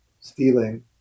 stealing